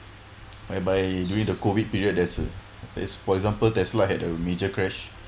by by during the COVID period there's a there's for example Tesla had a major crash